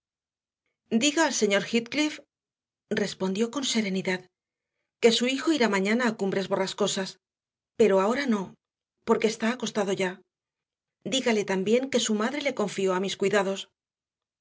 diga al señor heathcliff respondió con serenidad que su hijo irá mañana a cumbres borrascosas pero ahora no porque está acostado ya dígale también que su madre le confió a mis cuidados